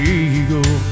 eagle